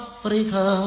Africa